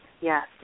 yes